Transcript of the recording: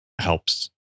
helps